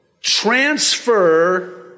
transfer